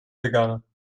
veganer